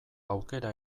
aukera